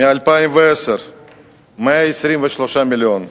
ב-2010 זה היה 123 מיליון,